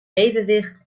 evenwicht